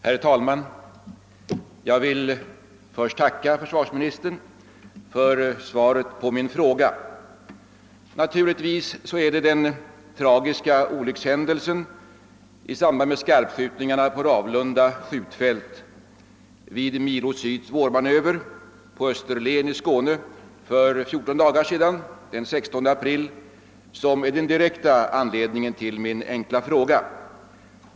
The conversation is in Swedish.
Herr talman! Jag vill först tacka försvarsministern för svaret på min fråga. Naturligtvis är det den tragiska olyckshändelsen för 14 dagar sedan, den 16 april, i samband med skarpskjutningarna på Ravlunda skjutfält vid Milo Syds vårmanöver på Österlen i Skåne, som är den direkta anledningen till min enkla fråga.